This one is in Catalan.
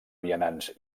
vianants